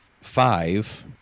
five